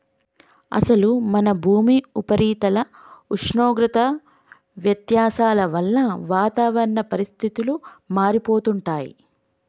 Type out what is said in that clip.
అసలు మన భూమి ఉపరితల ఉష్ణోగ్రత వ్యత్యాసాల వల్ల వాతావరణ పరిస్థితులు మారిపోతుంటాయి